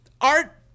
Art